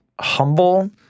humble